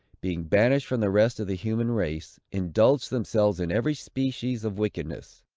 being banished from the rest of the human race, indulged themselves in every species of wickedness.